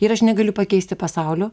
ir aš negaliu pakeisti pasaulio